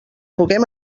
puguem